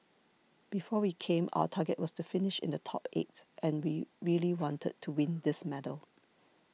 before we came our target was to finish in the top eight and we really wanted to win this medal